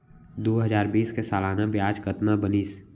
दू हजार बीस के सालाना ब्याज कतना बनिस?